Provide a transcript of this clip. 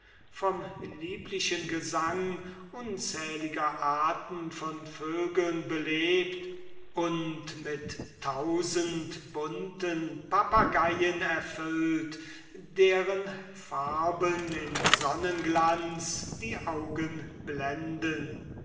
vom lieblichen gesang unzähliger arten von vögeln belebt und mit tausend bunten papageien erfüllt deren farben im sonnenglanz die augen blenden